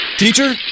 Teacher